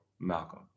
Malcolm